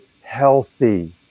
healthy